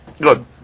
Good